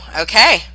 Okay